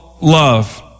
love